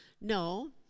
No